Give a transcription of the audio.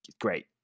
great